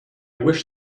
wish